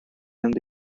and